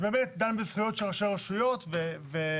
שבאמת דן בזכויות של ראשי הרשויות והחלטות